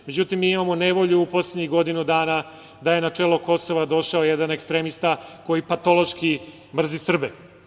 Međutim, mi imamo nevolju poslednjih godinu dana da je na čelo Kosova došao jedan ekstremista koji patološki mrzi Srbe.